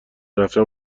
رفتن